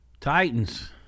Titans